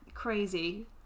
Crazy